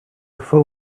full